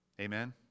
Amen